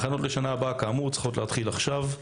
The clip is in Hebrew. הכנות לשנה הבאה כאמור צריכות להתחיל עכשיו.